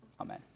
Amen